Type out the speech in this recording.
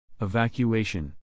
Evacuation